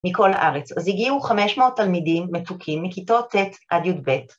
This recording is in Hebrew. ‫מכל הארץ. אז הגיעו 500 תלמידים ‫מתוקים מכיתות ט' עד י"ב.